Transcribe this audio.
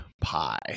pie